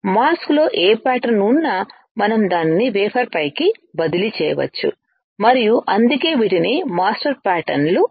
mask లో ఏ pattern ఉన్నా మనం దానిని వేఫర్పైకి బదిలీ చేయవచ్చు మరియు అందుకే వీటిని మాస్టర్ ప్యాటర్న్ లు అంటారు